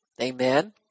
Amen